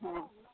অঁ